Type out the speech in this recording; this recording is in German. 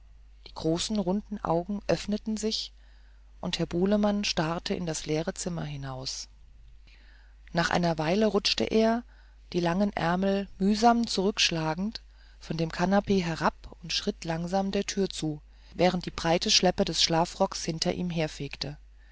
die großen runden augen öffneten sich und herr bulemann starrte in das leere zimmer hinaus nach einer weile rutschte er die langen ärmel mühsam zurückschlagend von dem canapee herab und schritt langsam der tür zu während die breite schleppe des schlafrocks hinter ihm herfegte